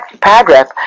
paragraph